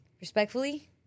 respectfully